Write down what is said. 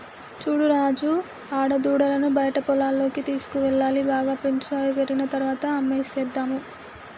చూడు రాజు ఆడదూడలను బయట పొలాల్లోకి తీసుకువెళ్లాలి బాగా పెంచు అవి పెరిగిన తర్వాత అమ్మేసేద్దాము